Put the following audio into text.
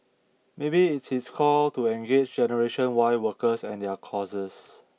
maybe it's his call to engage Generation Y workers and their causes